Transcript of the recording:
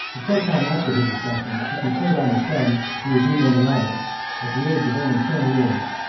a short time after his accession, he conferred on his son diadumenianus, at the age of only ten years,